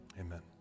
Amen